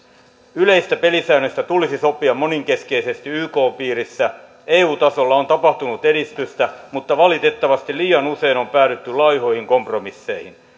yleisistä pelisäännöistä tulisi sopia moninkeskeisesti ykn piirissä eu tasolla on tapahtunut edistystä mutta valitettavasti liian usein on päädytty laihoihin kompromisseihin